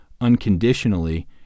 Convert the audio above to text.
unconditionally